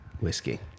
whiskey